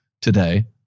today